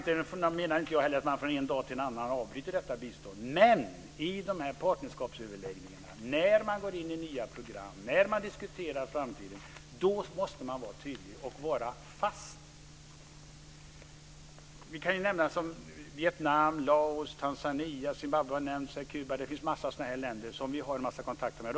Då menar jag inte heller att man från en dag till en annan ska avbryta detta bistånd, men i dessa partnerskapsöverläggningar, när man går in i nya program och när man diskuterar framtiden måste man vara tydlig och vara fast. Jag kan nämna Vietnam, Laos, Tanzania, Zimbabwe och Kuba. Det finns många länder som vi har en massa kontakter med.